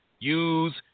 Use